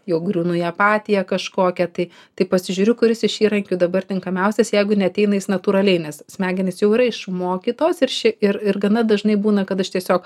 jau griūnu į apatiją kažkokią tai tai pasižiūriu kuris iš įrankių dabar tinkamiausias jeigu neateina jis natūraliai nes smegenys jau yra išmokytos ir ši ir ir gana dažnai būna kad aš tiesiog